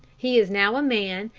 he is now a man,